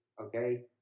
okay